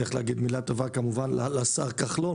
צריך להגיד מילה טובה לשר כחלון,